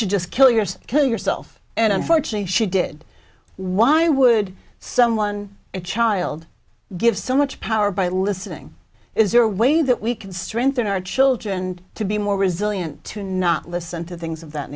should just kill yourself kill yourself and unfortunately she did why would someone a child give so much power by listening is there a way that we can strengthen our children to be more resilient to not listen to things of that